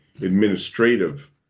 administrative